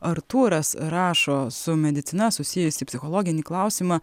artūras rašo su medicina susijusį psichologinį klausimą